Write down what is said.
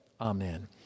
amen